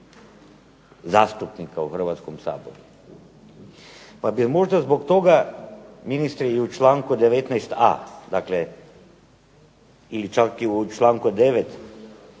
zastupnika u Hrvatskom saboru, pa bi možda zbog toga ministre i u članku 19.a, dakle čak i u članku 9.